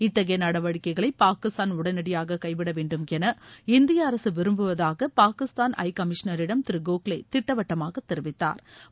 இத்தகைய நடவடிக்கைகளை பாகிஸ்தான் உடனடியாக கைவிடவேண்டும் என இந்திய அரசு விரும்புவதாக பாகிஸ்தான் ஹை கமிஷனரிடம் திரு கோகலே திட்டவட்டமாக தெரிவித்தாா்